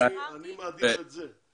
אני מעדיף את זה.